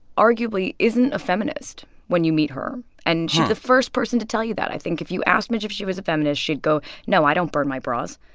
arguably, isn't a feminist when you meet her. and she's the first person to tell you that. i think if you asked midge if she was a feminist, she'd go, no, i don't burn my bras,